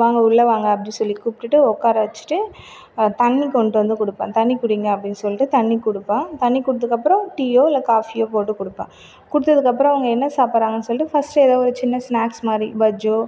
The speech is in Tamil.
வாங்க உள்ளே வாங்க அப்படி சொல்லி கூப்பிட்டு உட்காரவச்சுட்டு தண்ணி கொண்டு வந்து கொடுப்பேன் தண்ணி குடிங்கள் அப்படின்னு சொல்லிட்டு தண்ணி கொடுப்பேன் தண்ணி கொடுத்ததுக்கு அப்புறம் டீயோ இல்லை காஃபீயோ போட்டு கொடுப்பேன் கொடுத்ததுக்கு அப்புறம் அவங்கள் என்ன சாப்பிட்றாங்கனு சொல்லிட்டு ஃபஸ்ட்டு ஏதோ ஒரு சின்ன ஸ்னாக்ஸ் மாதிரி பஜ்ஜோ